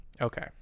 okay